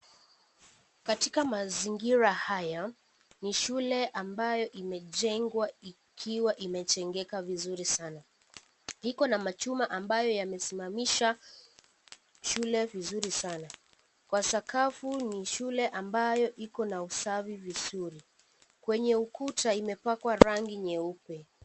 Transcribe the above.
Katika mazingira haya ni shule ambayo imejengwa ikiwa imejengeka vizuri sana. Iko na machuma ambayo yamesimamisha shule vizuri sana. Kwa sakafu shule ambayo iko na usafi vizuri. Kwenye ukuta imepakwa rangi nyeupe.